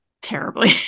terribly